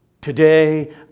Today